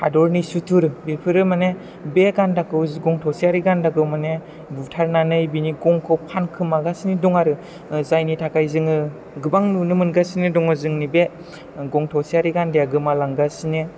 हादरनि सुथुर बेफोरो मानि बे गान्दाखौ गं थसेयारि गान्दाखौ मानि बुथारनानै बिनि गंखौ फानखोमागासिनो दङ आरो जायनि थाखाय जोङो गोबां नुनो मोनगासिनो दङ जोंनि बे गं थसेयारि गान्दाया गोमालांगासिनो